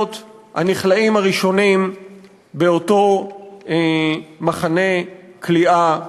הנכלאים הראשונים באותו מחנה כליאה פתוח.